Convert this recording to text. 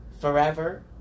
forever